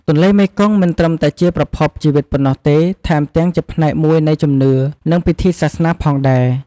ទន្លេមេគង្គមិនត្រឹមតែជាប្រភពជីវិតប៉ុណ្ណោះទេ ថែមទាំងជាផ្នែកមួយនៃជំនឿ និងពិធីសាសនាផងដែរ។